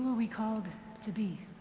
we called to be?